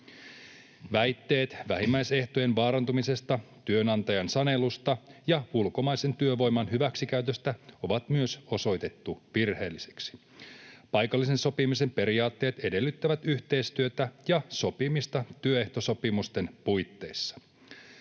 Väitteet vähimmäisehtojen vaarantumisesta työnantajan sanelusta ja ulkomaisen työvoiman hyväksikäytöstä on myös osoitettu virheellisiksi. Paikallisen sopimisen periaatteet edellyttävät yhteistyötä ja sopimista työehtosopimusten puitteissa.